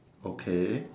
okay